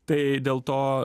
tai dėl to